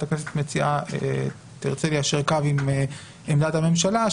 הכנסת המציעה תרצה ליישר קו עם עמדת הממשלה,